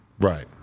Right